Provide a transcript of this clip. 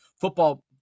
Football